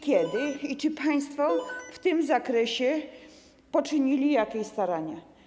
Kiedy i czy państwo w tym zakresie poczynili jakieś starania?